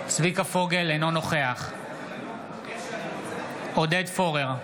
אינו נוכח עודד פורר,